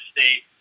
State